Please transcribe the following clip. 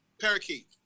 Parakeet